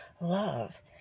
love